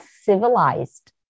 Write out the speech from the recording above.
civilized